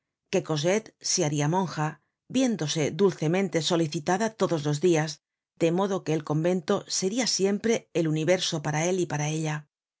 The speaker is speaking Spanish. que cosette se haria monja viéndose dulcemente solicitada todos los dias de modo que el convento seria siempre el universo para él y para ella